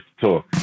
talk